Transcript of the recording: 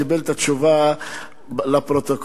קיבל את התשובה לפרוטוקול,